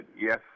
yes